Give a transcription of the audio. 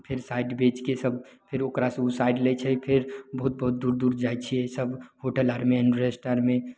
फिर साइट बेचके सब फेर ओकरासँ उ साइट लै छै फेर बहुत बहुत दूर दूर जाइ छियै सब होटल आरमे रेस्ट आरमे